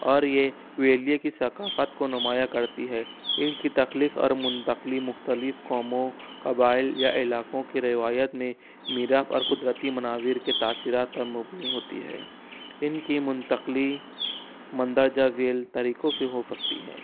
اور یہ ویلیے کی ثقافت کو نمایاں کرتی ہے ان کی تخلیق اور منتقلی مختلف قوموں قبائل یا علاقوں کی روایت میں میراف اور قدرتی مناظر کے تاثیرات پر مبنی ہوتی ہے ان کی منتقلی مندرجہ ذیل طریقوں سے ہو سکتی ہے